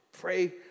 Pray